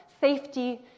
safety